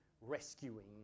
rescuing